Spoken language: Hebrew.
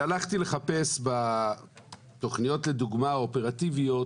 הלכתי לחפש בתוכניות לדוגמה האופרטיביות